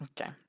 Okay